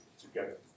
together